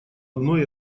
одной